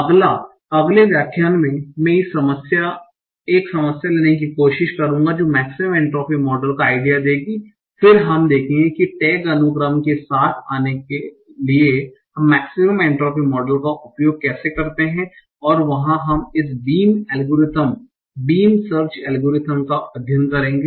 अगला अगले व्याख्यान में मैं एक समस्या लेने की कोशिश करूंगा जो मेक्सिमम एन्ट्रापी मॉडल का आइडिया देंगी फिर हम देखेंगे कि टैग अनुक्रम के साथ आने के लिए हम इस मेक्सिमम एन्ट्रापी मॉडल का उपयोग कैसे करते हैं और वहाँ हम इस beam algorithm beam search algorithm का अध्ययन करेंगे